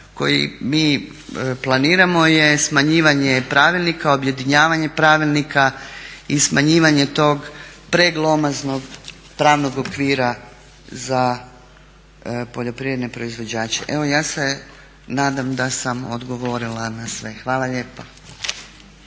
koji mi planiramo je smanjivanje pravilnika, objedinjavanje pravilnika i smanjivanje tog preglomaznog pravnog okvira za poljoprivredne proizvođače. Evo ja se nadam da sam odgovorila na sve. Hvala lijepo.